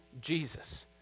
Jesus